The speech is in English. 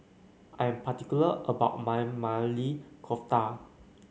I am particular about my Maili Kofta